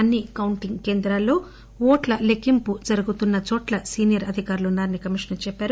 అన్ని కౌంటింగ్ కేంద్రాల్లో ఓట్ల లెక్కింపు జరుగుతున్న చోట్ల సీనియర్ అధికారులు ఉన్నా రని కమిషనర్ చెప్పారు